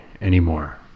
anymore